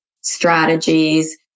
strategies